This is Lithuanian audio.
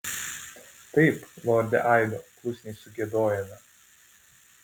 taip lorde aido klusniai sugiedojome